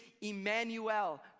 Emmanuel